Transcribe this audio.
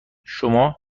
شما